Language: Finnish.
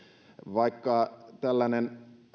vaikka tällainen